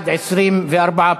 התשע"ד 2013,